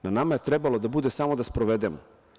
Na nama je trebalo da bude samo da sprovedemo.